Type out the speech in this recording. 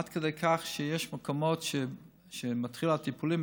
עד כדי כך שיש מקומות שכשמתחילים הטיפולים,